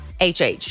HH